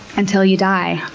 until you die.